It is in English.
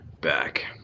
back